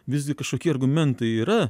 visgi kažkokie argumentai yra